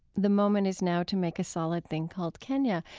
the moment is now to make a solid thing called kenya.